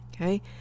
okay